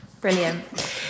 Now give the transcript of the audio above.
Brilliant